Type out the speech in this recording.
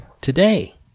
Today